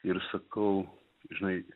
ir sakau žinai